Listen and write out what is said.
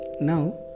Now